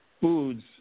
foods